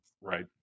Right